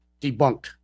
debunked